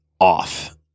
off